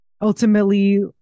ultimately